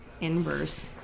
inverse